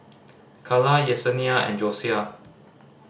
Calla Yessenia and Josiah